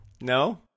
No